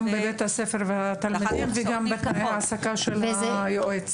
גם בבית הספר והתלמידים וגם בתנאי ההעסקה של היועץ.